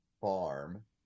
farm